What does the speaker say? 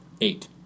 Eight